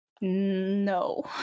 no